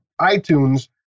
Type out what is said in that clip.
iTunes